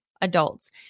adults